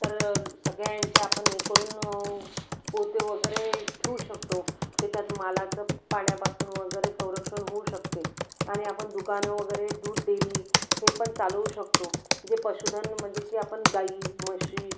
तर सगळ्यांचे आपण हे करून पोते वगैरे ठेवू शकतो त्याच्यात मालाचं पाण्यापासून वगैरे संरक्षण होऊ शकते आणि आपण दुकानं वगैरे दूध डेरी हे पण चालवू शकतो जे पशुधन म्हणजे की आपण गाई म्हशी